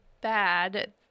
bad